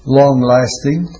long-lasting